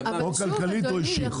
אדוני,